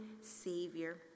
Savior